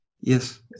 Yes